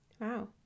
Wow